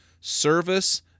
service